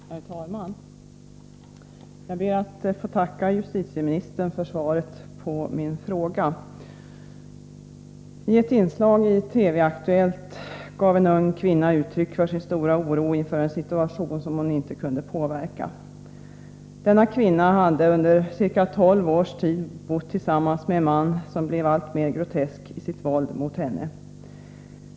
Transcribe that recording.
Herr talman! Jag ber att få tacka justitieministern för svaret på min fråga. I ett inslag i TV:s Aktuellt gav en ung kvinna, Siv, uttryck för sin stora oro inför en situation som hon inte kunde påverka. Hon hade under ca tolv års tid bott tillsammans med en man som blivit alltmer grotesk i sitt våld mot henne.